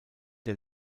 der